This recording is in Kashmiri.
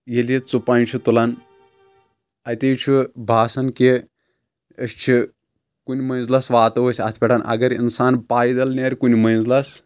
ییٚلہِ یہِ ژُپنٛج چھُ تُلان اتی چھُ باسن کہِ أسۍ چھٕ کُنہِ منٛزۍلس واتو أسۍ اتھ پٮ۪ٹھ اگر انسان پایدٔلۍ نیرِ کُنہِ منٛزۍلس